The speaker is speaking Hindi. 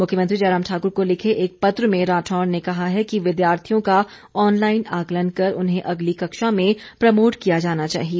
मुख्यमंत्री जयराम ठाकुर को लिखे एक पत्र में राठौर ने कहा है कि विद्यार्थियों का ऑनलाईन आकलन कर उन्हें अगली कक्षा में प्रमोट किया जाना चाहिए